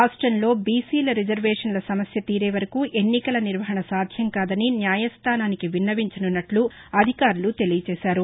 రాష్ట్రంలో బిసిల రిజర్వేషన్ల సమస్య తీరేవరకు ఎన్నికల నిర్వహణ సాధ్యం కాదని న్యాయస్థానానికి విన్నవించననున్నట్లు అధికారులు తెలిపారు